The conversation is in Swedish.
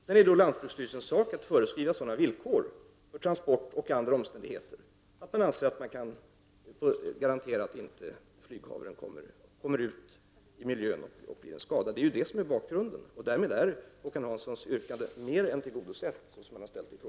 Sedan är det lantbruksstyrelsens sak att föreskriva sådana villkor för transport och andra omständigheter att det kan garanteras att flyghavren inte kommer ut i miljön och blir till skada. Det är bakgrunden. Därmed är Håkan Hanssons begäran i frågan mer än tillgodosedd.